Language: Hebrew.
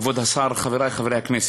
כבוד השר, חברי חברי הכנסת,